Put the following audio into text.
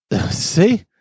See